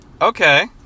Okay